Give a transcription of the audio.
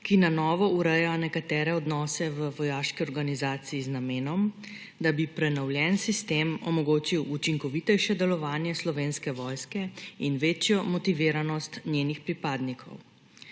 ki na novo ureja nekatere odnose v vojaški organizaciji z namenom, da bi prenovljen sistem omogočil učinkovitejše delovanje Slovenske vojske in večjo motiviranost njenih pripadnikov.